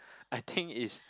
I think is